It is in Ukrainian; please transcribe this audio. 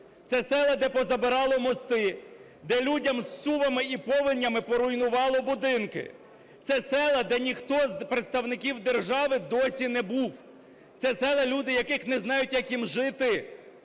Це села, де позабирало мости, де людям зсувами і повенями поруйнувало будинки. Це села, де ніхто з представників держави досі не був. Це села, люди яких не знають, як їм жити.